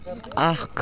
اَکھ